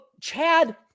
Chad